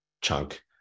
chunk